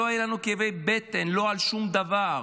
לא יהיו לנו כאבי בטן על שום דבר.